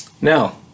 Now